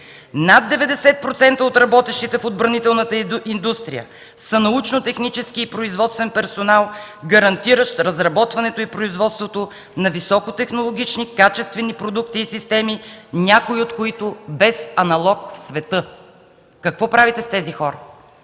„Над 90% от работещите в отбранителната индустрия са научно-технически и производствен персонал, гарантиращ разработването и производството на високотехнологични, качествени продукти и системи, някои от които без аналог в света”. Какво правите с тези хора?